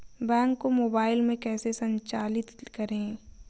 Bank को mobile में कैसे संचालित करें?